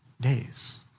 days